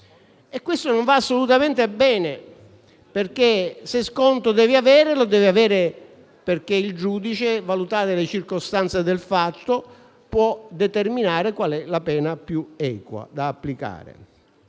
questo non va assolutamente bene. Se sconto devi avere, lo devi avere perché il giudice, valutate le circostanze del fatto, può determinare qual è la pena più equa da applicare.